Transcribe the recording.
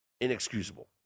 Inexcusable